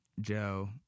Joe